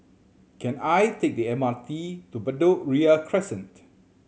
can I take the M R T to Bedok Ria Crescent